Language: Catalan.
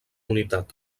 unitat